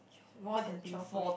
more than twelve eh